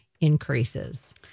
increases